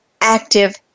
active